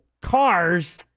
Cars